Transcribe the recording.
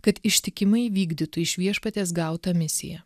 kad ištikimai vykdytų iš viešpaties gautą misiją